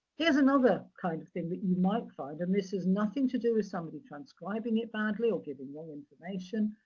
here's another kind of thing that you might find. and this has nothing to do with somebody transcribing it badly, or giving wrong information.